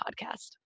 podcast